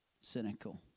cynical